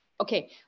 Okay